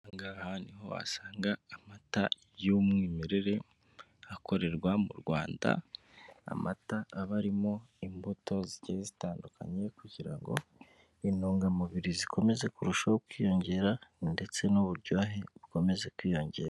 Aha ngaha niho wasanga amata y'umwimerere akorerwa mu Rwanda amata, aba arimo imbuto zitandukanye kugira ngo intungamubiri zikomeze kurushaho kwiyongera ndetse n'uburyohe bukomeze kwiyongera.